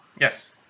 Yes